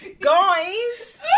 Guys